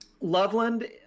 Loveland